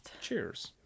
Cheers